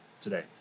today